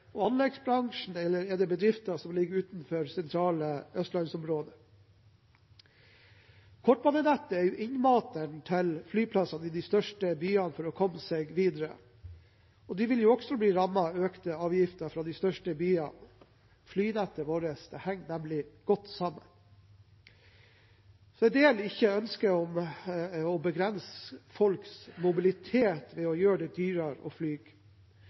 og anleggsbransjen, eller er det bedrifter som ligger utenfor det sentrale østlandsområdet? Kortbanenettet er innmateren til flyplassene i de største byene for å komme seg videre, og de vil jo også bli rammet av økte avgifter fra de største byene. Flynettet vårt henger nemlig godt sammen. Så jeg deler ikke ønsket om å begrense folks mobilitet ved å gjøre det dyrere å fly.